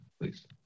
Please